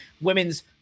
Women's